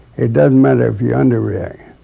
it doesn't matter if you underreact.